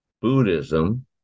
Buddhism